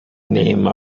name